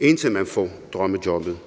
indtil de får drømmejobbet.